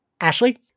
Ashley